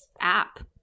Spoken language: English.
app